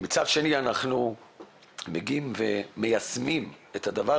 ומצד שני אנחנו מגיעים ומיישמים את הדבר